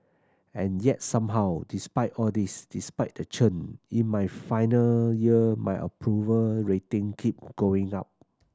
and yet somehow despite all this despite the churn in my final year my approval rating keep going up